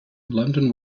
london